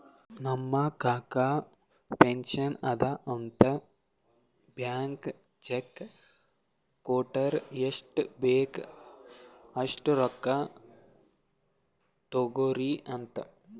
ನಮ್ ಕಾಕಾ ಫಂಕ್ಷನ್ ಅದಾ ಅಂತ್ ಬ್ಲ್ಯಾಂಕ್ ಚೆಕ್ ಕೊಟ್ಟಾರ್ ಎಷ್ಟ್ ಬೇಕ್ ಅಸ್ಟ್ ರೊಕ್ಕಾ ತೊಗೊರಿ ಅಂತ್